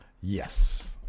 Yes